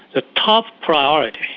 the top priority